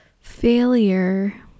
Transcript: Failure